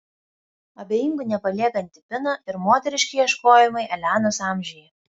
abejingų nepaliekanti pina ir moteriški ieškojimai elenos amžiuje